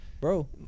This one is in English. Bro